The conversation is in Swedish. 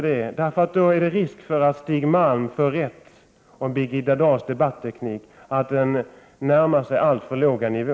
Det är nämligen risk för att Stig Malm får rätt angående Birgitta Dahls debatteknik, dvs. att den närmar sig en alltför låg nivå.